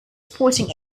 sporting